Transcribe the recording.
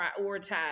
prioritize